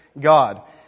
God